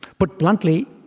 put bluntly,